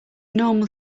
normal